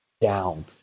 down